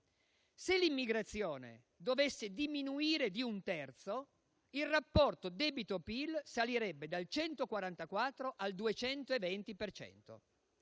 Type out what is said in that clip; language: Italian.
se l'immigrazione dovesse diminuire di un terzo, il rapporto debito-PIL salirebbe dal 144 al 220